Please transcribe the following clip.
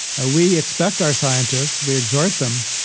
ah we expect our scientists, we exhort them,